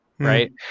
right